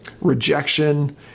rejection